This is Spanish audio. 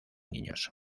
niños